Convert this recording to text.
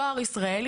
דואר ישראל,